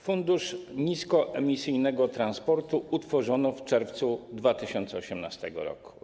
Fundusz Niskoemisyjnego Transportu utworzono w czerwcu 2018 r.